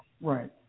right